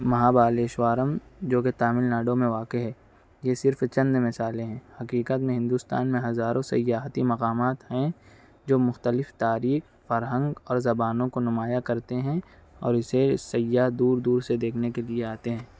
مہابالیشوارم جو کہ تامل ناڈو میں واقع ہے یہ صرف چند مثالیں ہیں حیقیقت میں ہندوستان میں ہزاروں سیاحتی مقامات ہیں جو مختلف تاریخ فرہنگ اور زبانوں کو نمایاں کرتے ہیں اور اِسے سیاح دور دور سے دیکھنے کے لئے آتے ہیں